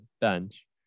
bench